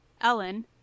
Ellen